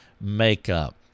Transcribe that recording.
makeup